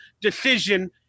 decision